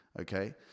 okay